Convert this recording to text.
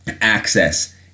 access